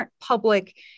public